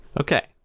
Okay